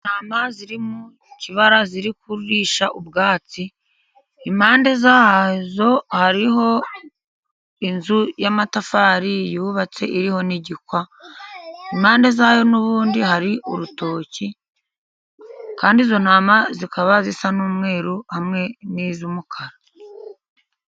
Intama ziri mu kibara ziri kuririsha ubwatsi. Impande yazo hariho inzu y'amatafari yubatse iriho n'igikwa. Impande yazo n'ubundi hari urutoki, kandi izo ntama zikaba zisa n'umweru hamwe n'iz'umukara.